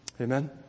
Amen